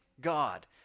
God